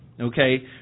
okay